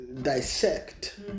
dissect